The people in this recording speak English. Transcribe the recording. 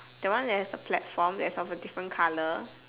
that one that has a platform that is of a different colour